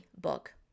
book